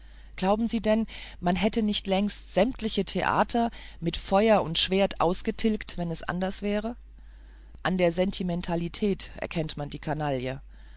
glauben sie denn man hätte nicht längst sämtliche theater mit feuer und schwert ausgetilgt wenn es anders wäre an der sentimentalität erkennt man die kanaille